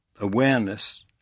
awareness